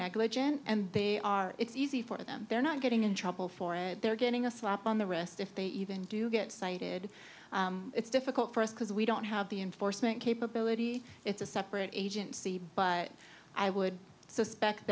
negligent and they are it's easy for them they're not getting in trouble for it they're getting a slap on the wrist if they even do get cited it's difficult for us because we don't have the enforcement capability it's a separate agency but i would suspect